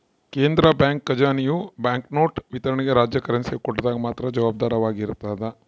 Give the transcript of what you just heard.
ಕೇಂದ್ರ ಬ್ಯಾಂಕ್ ಖಜಾನೆಯು ಬ್ಯಾಂಕ್ನೋಟು ವಿತರಣೆಗೆ ರಾಜ್ಯ ಕರೆನ್ಸಿ ಒಕ್ಕೂಟದಾಗ ಮಾತ್ರ ಜವಾಬ್ದಾರವಾಗಿರ್ತದ